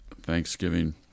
Thanksgiving